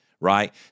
right